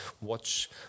watch